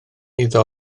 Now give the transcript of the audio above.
iddo